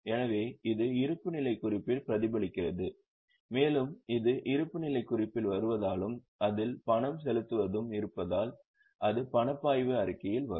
எனவே இது இருப்புநிலைக் குறிப்பில் பிரதிபலிக்கிறது மேலும் இது இருப்புநிலைக் குறிப்பில் வருவதாலும் அதில் பணம் செலுத்துவதும் இருப்பதால் அது பணப்பாய்வு அறிக்கையில் வரும்